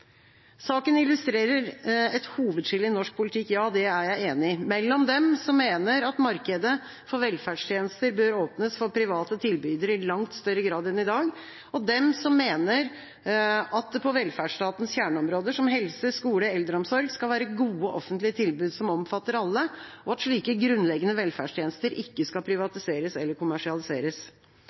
Saken illustrerer et hovedskille i norsk politikk – ja, det er jeg enig i – mellom dem som mener at markedet for velferdstjenester bør åpnes for private tilbydere i langt større grad enn i dag, og dem som mener at det på velferdsstatens kjerneområder, som helse, skole og eldreomsorg, skal være gode offentlige tilbud som omfatter alle, og at slike grunnleggende velferdstjenester ikke skal privatiseres eller kommersialiseres.